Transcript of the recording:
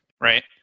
right